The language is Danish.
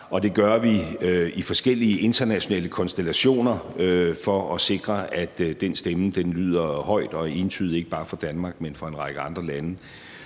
og det gør vi i forskellige internationale konstellationer for at sikre, at den stemme lyder højt og entydigt, ikke bare fra Danmark, men også fra en række andre lande,